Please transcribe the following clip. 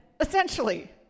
essentially